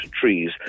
trees